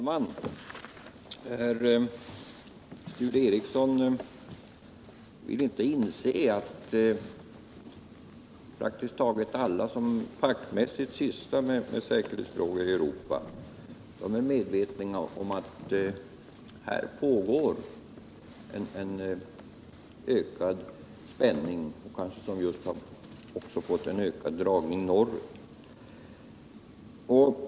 Herr talman! Herr Sture Ericson vill inte inse att praktiskt taget alla som fackmässigt sysslar med säkerhetsfrågor i Europa är medvetna om att här pågår en ökad spänning, som kanske just har fått en större dragning norrut.